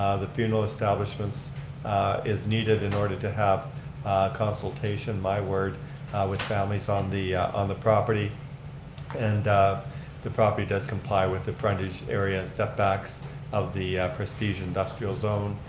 ah the funeral establishment is needed in order to have consultation. my word with families on the on the property and the property does comply with the frontage area and setbacks of the prestige industrial zone.